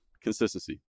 Consistency